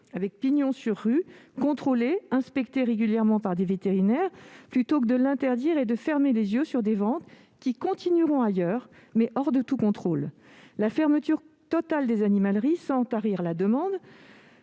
ayant pignon sur rue, contrôlé et inspecté régulièrement par des vétérinaires, plutôt que l'interdire et fermer les yeux sur les ventes qui continueront ailleurs, hors de tout contrôle. La fermeture totale des animaleries, sans tarir la demande,